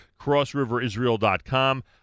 CrossRiverIsrael.com